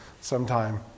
sometime